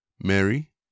Mary